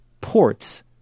ports